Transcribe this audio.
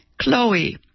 Chloe